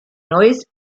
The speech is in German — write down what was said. neues